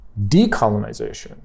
decolonization